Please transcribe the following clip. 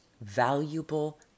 valuable